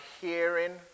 hearing